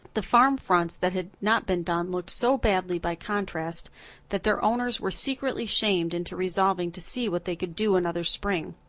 the farm fronts that had not been done looked so badly by contrast that their owners were secretly shamed into resolving to see what they could do another spring.